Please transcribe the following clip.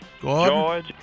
George